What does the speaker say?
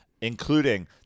including